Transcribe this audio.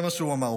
זה מה שהוא אמר.